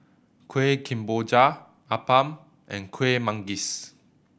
Kuih Kemboja appam and Kueh Manggis